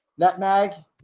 Netmag